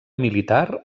militar